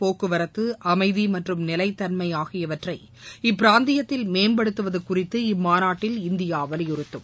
போக்குவரத்து அமைதி மற்றும் நிலைத் தன்மை ஆகியவற்றை இப்பிராந்தியத்தில் மேம்படுத்துவது குறித்து இம்மாநாட்டில் இந்தியா வலியுறுத்தம்